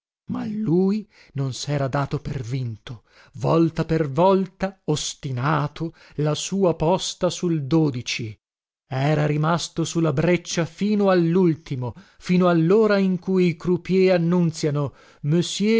ma lui non sera dato per vinto volta per volta ostinato la sua posta sul era rimasto su la breccia fino allultimo fino allora in cui i croupiers annunziano